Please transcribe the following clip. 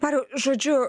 mariau žodžiu